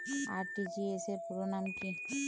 RTGS র পুরো নাম কি?